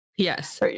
Yes